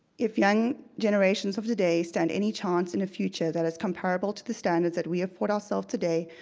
if young generations of today stand any chance in a future that is comparable to the standards that we afford ourselves today,